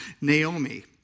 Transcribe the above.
Naomi